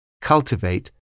Cultivate